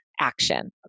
action